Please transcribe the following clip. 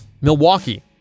Milwaukee